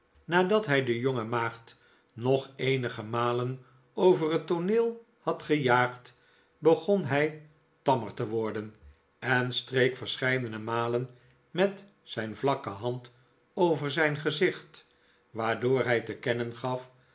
nadat hij de jonge maagd nog eenige malen over het tooneel had gejaagd begon hij tammer te worden en streek verscheidene malen met zijn vlakke hand over zijn gezicht waardoor hij te kennen gaf